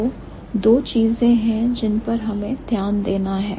तो दो चीजें हैं जिन पर हमें ध्यान देना है